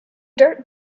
dirt